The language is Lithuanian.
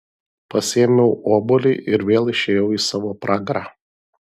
pasiėmiau obuolį ir vėl išėjau į savo pragarą